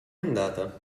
andata